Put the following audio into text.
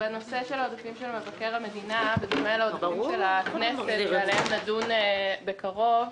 בנושא של מבקר המדינה --- של הכנסת ועליהם נדון בקרוב.